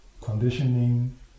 conditioning